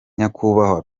nyakubahwa